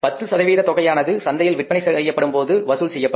10 சதவீத தொகையானது சந்தையில் விற்பனை செய்யப்படும் போது வசூல் செய்யப்படும்